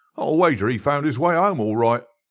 i'll wager he found his way ah home all right.